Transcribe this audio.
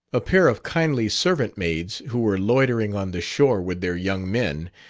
a pair of kindly servant-maids, who were loitering on the shore with their young men,